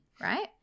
right